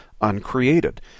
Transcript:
uncreated